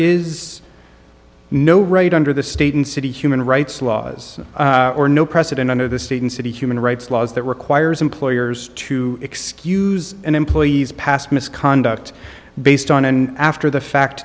is no right under the state and city human rights laws or no precedent under the state and city human rights laws that requires employers to excuse an employee's past misconduct based on an after the fact